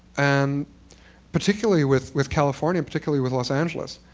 and particularly with with california, particularly with los angeles,